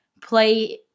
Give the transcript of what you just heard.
play